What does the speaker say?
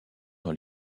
dans